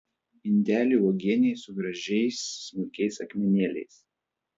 indelį uogienei su gražiais smulkiais akmenėliais